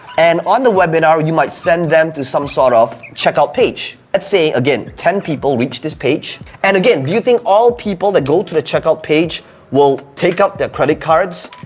and on the webinar you might send them to some sort of checkout page. let's say, again, ten people reach this page. and again, do you think all people that go to a checkout page will take out their credit cards?